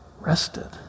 rested